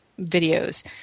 videos